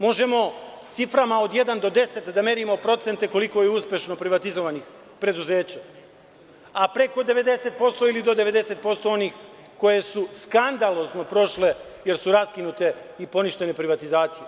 Možemo ciframa od jedan do deset da merimo procente koliko je uspešno privatizovanih preduzeća, a preko 90% ili do 90% je onih koji su skandalozno prošli, jer su raskinute i poništene privatizacije.